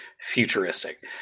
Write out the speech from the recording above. futuristic